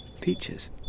Peaches